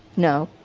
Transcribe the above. no,